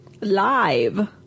Live